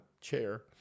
chair